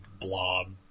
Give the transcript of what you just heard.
blob